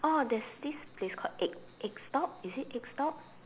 oh there's there's this place for egg Egg stop is it egg stop